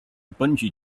bungee